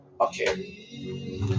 okay